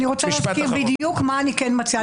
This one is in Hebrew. אני רוצה להגיד בדיוק מה אני כן מציעה.